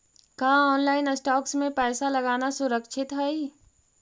का online stocks में पैसा लगाना सुरक्षित हई